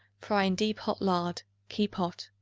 fry in deep hot lard keep hot.